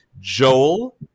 joel